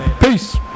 Peace